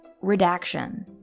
redaction